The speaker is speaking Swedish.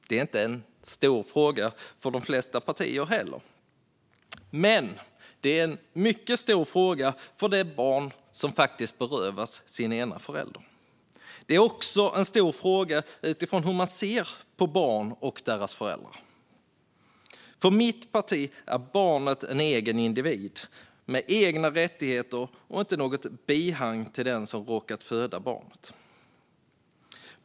Det är inte heller en stor fråga för de flesta partier, men det är en mycket stor fråga för det barn som faktiskt berövas sin ena förälder. Det är också en stor fråga utifrån hur man ser på barn och deras föräldrar. För mitt parti är barnet en egen individ med egna rättigheter och inte ett bihang till den som råkat föda barnet.